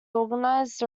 organised